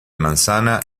manzana